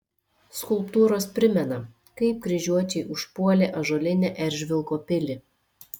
skulptūros primena kaip kryžiuočiai užpuolė ąžuolinę eržvilko pilį